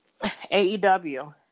AEW